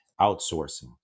Outsourcing